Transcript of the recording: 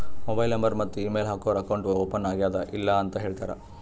mobile number ಮತ್ತ email ಹಾಕೂರ್ account open ಆಗ್ಯಾದ್ ಇಲ್ಲ ಅಂತ ಹೇಳ್ತಾರ್